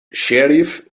sheriff